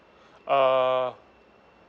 uh